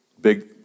Big